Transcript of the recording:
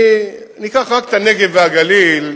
ניקח רק את הנגב והגליל: